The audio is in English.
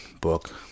book